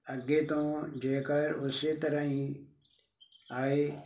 ਅੱਗੇ ਤੋਂ ਜੇਕਰ ਉਸ ਤਰ੍ਹਾਂ ਹੀ ਆਏ